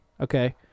Okay